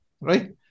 Right